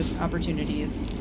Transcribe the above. opportunities